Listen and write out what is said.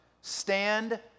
Stand